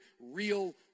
real